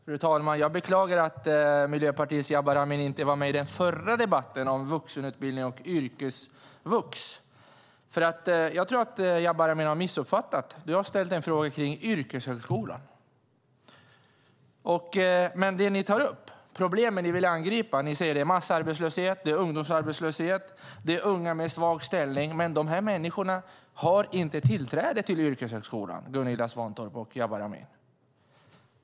Fru talman! Jag beklagar att Miljöpartiets Jabar Amin inte var med i den förra debatten om vuxenutbildning och yrkesvux. Jag tror att Jabar Amin har missuppfattat det här. Han har ställt en fråga om yrkeshögskolan. De problem ni tar upp och vill angripa är massarbetslöshet, ungdomsarbetslöshet och unga med svag ställning. Men dessa människor har inte tillträde till yrkeshögskolan, Gunilla Svantorp och Jabar Amin.